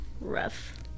Rough